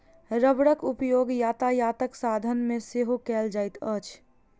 रबड़क उपयोग यातायातक साधन मे सेहो कयल जाइत अछि